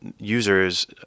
users